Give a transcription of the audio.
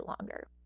longer